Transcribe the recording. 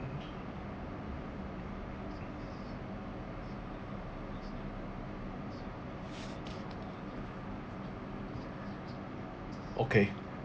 okay